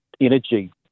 energy